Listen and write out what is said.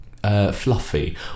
Fluffy